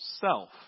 self